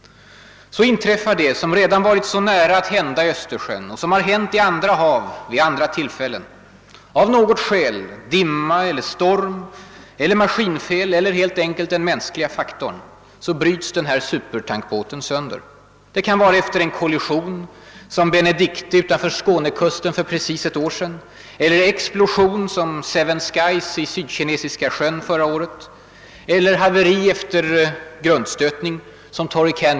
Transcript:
Så inträffar det som redan varit så nära att hända i Östersjön och som har hänt i andra hav vid andra tillfällen. Av något skäl — dimma, storm, maskinfel eller helt enkelt den mänskliga faktorn — bryts denna supertankbåt sönder. Det kan vara efter en kollision eller en explosion eller efter haveri efter grundstötning .